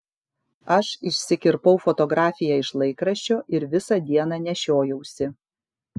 aš išsikirpau fotografiją iš laikraščio ir visą dieną nešiojausi